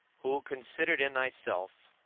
who, considered in thyself,